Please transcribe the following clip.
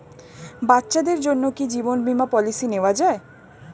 বাচ্চাদের জন্য কি জীবন বীমা পলিসি নেওয়া যায়?